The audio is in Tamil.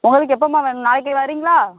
உங்களுக்கு எப்பம்மா வேணும் நாளைக்கு வரீங்களா